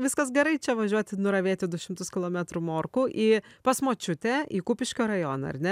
viskas gerai čia važiuoti nuravėti du šimtus kilometrų morkų į pas močiutę į kupiškio rajoną ar ne